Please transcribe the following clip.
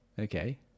okay